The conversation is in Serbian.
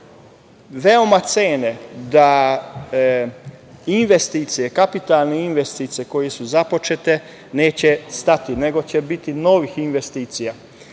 veoma cene da investicije, kapitalne investicije koje su započete neće stati, nego će biti novih investicija.